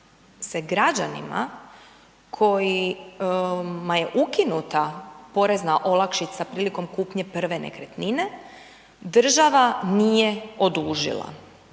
se građanima kojima je ukinuta porezna olakšica prilikom kupnje prve nekretnine, država nije odužila